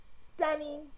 stunning